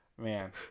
man